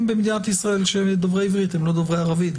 במדינת ישראל שדוברים עברית לא דוברים ערבית.